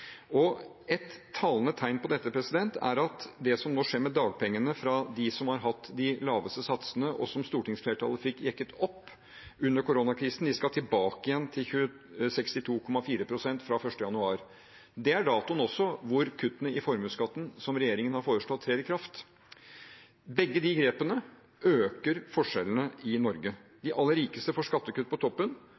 Og ett talende tegn på dette er at det som nå skjer med dagpengene for de som har hatt de laveste satsene, og som stortingsflertallet fikk jekket opp under koronakrisen, er at de skal tilbake igjen til 62,4 pst. fra 1. januar. Det er også datoen for når kuttene i formuesskatten, som regjeringen har foreslått, trer i kraft. Begge de grepene øker forskjellene i Norge. De aller rikeste får skattekutt på toppen,